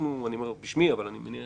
אנחנו אני אומר בשמי אבל אני מניח